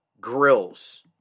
grills